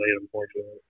unfortunately